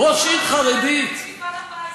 ראש עיר חרדי, מפעל הפיס.